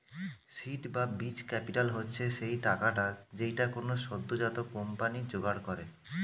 seed বা বীজ capital হচ্ছে সেই টাকাটা যেইটা কোনো সদ্যোজাত কোম্পানি জোগাড় করে